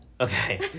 Okay